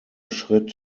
schritt